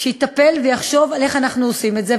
שיטפל ויחשוב על איך אנחנו עושים את זה,